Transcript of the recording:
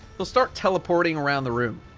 he'll start teleporting around the room.